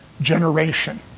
generation